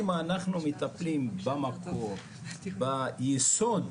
אם אנחנו מטפלים במקור, בייסוד,